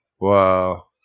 Wow